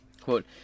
Quote